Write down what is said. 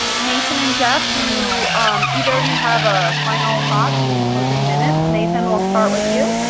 nathan and jeff, do you either of you have a final thought in these closing minutes? nathan, we'll start with you.